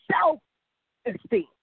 self-esteem